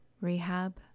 rehab